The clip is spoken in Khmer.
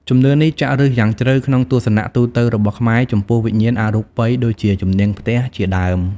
ជំនឿនេះចាក់ឬសយ៉ាងជ្រៅក្នុងទស្សនៈទូទៅរបស់ខ្មែរចំពោះវិញ្ញាណអរូបីដូចជាជំនាងផ្ទះជាដើម។